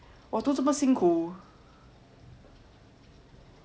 我都这么辛苦